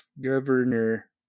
governor